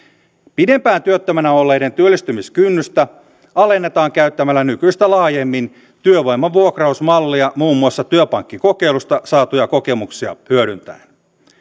pidempään työttömänä olleiden työllistymiskynnystä alennetaan käyttämällä nykyistä laajemmin työvoiman vuokrausmallia muun muassa työpankkikokeilusta saatuja kokemuksia hyödyntäen